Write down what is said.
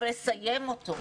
אבל לסיים אותו.